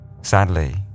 Sadly